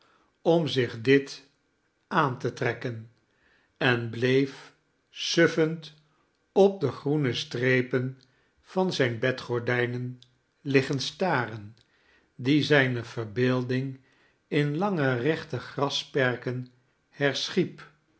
om zich dit aan te trekken en bleef suffend op de groene strepen van zijne bedgordijaen liggen staren die zijne verbeelding in lange rechte grasperken herschiep